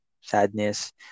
sadness